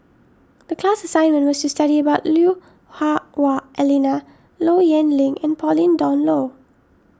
the class assignment was to study about Lui Hah Wah Elena Low Yen Ling and Pauline Dawn Loh